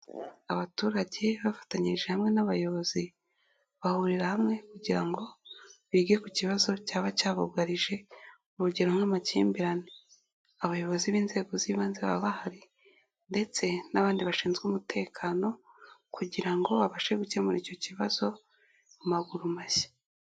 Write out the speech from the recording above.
Abaturage bafatanyije hamwe n'abayobozi bahurira hamwe kugira ngo bige ku kibazo cyaba cyabugarije urugero nk'amakimbirane. Abayobozi b'inzego z'ibanze baba bahari ndetse n'abandi bashinzwe umutekano kugira ngo babashe gukemura icyo kibazo mu maguru mashya.